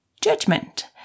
judgment